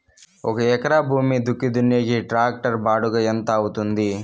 ఒక ఎకరా భూమి దుక్కి దున్నేకి టాక్టర్ బాడుగ ఎంత అవుతుంది?